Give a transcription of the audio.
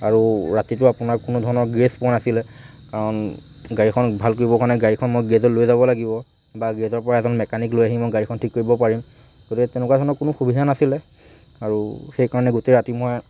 আৰু ৰাতিটো আপোনাৰ কোনো ধৰণৰ গ্ৰেচ পোৱা নাছিলে কাৰণ গাড়ীখন ভাল কৰিবৰ কাৰণে গাড়ীখন মই গেৰেজত লৈ যাব লাগিব বা জেৰেজৰ পৰা এজন মেকানিক লৈ আহি মই গাড়ীখন মই ঠিক কৰিব পাৰিম গতিকে তেনেকুৱা ধৰণৰ কোনো সুবিধা নাছিলে আৰু সেইকাৰণে গোটেই ৰাতি মই